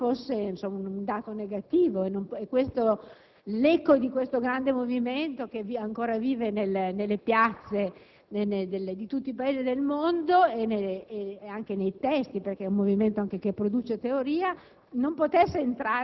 ricollegarsi fosse un dato negativo, come se l'eco di questo grande movimento, che ancora vive nelle piazze di tutti i Paesi del mondo e anche nei testi perché è un movimento che produce anche